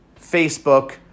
Facebook